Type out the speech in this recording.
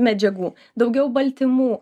medžiagų daugiau baltymų